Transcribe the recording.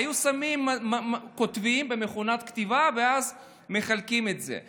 היו כותבים במכונת כתיבה ואז מחלקים את זה.